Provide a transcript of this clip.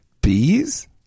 Bees